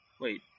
Wait